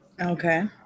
Okay